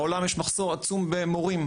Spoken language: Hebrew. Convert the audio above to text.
בעולם יש מחסור עצום במורים,